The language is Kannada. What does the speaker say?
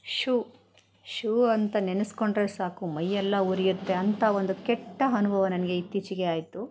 ಶೂ ಶೂ ಅಂತ ನೆನೆಸ್ಕೊಂಡರೆ ಸಾಕು ಮೈಯೆಲ್ಲ ಉರಿಯುತ್ತೆ ಅಂಥ ಒಂದು ಕೆಟ್ಟ ಅನುಭವ ನನಗೆ ಇತ್ತೀಚೆಗೆ ಆಯ್ತು